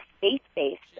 faith-based